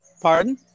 Pardon